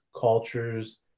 cultures